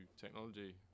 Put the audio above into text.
technology